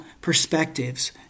perspectives